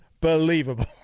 believable